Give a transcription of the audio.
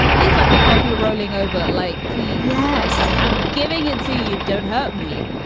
he is like a puppy rolling over. like, please. yes i'm giving it to you. don't hurt me.